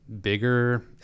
bigger